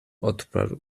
odparł